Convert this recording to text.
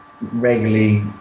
regularly